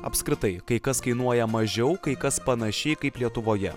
apskritai kai kas kainuoja mažiau kai kas panašiai kaip lietuvoje